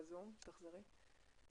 תחזרי.